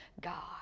God